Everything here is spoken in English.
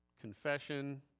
confession